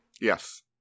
Yes